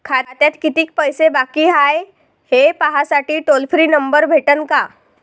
खात्यात कितीकं पैसे बाकी हाय, हे पाहासाठी टोल फ्री नंबर भेटन का?